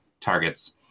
targets